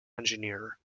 engineer